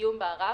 "עיון בערר